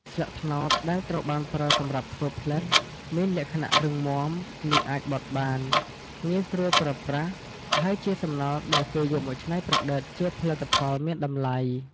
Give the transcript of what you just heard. ស្លឹកត្នោតដែលត្រូវបានប្រើសម្រាប់ធ្វើផ្លិត មានលក្ខណៈរឹងមាំ និងអាចបត់បាន ងាយស្រួលប្រើប្រាស់ ហើយជាសំណល់ដែលគេយកមកច្នៃប្រឌិតជាផលិត ផលមានតម្លៃ។